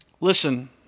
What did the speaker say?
Listen